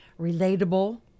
relatable